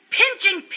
pinching